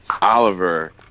Oliver